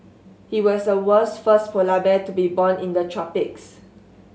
he was the world's first polar bear to be born in the tropics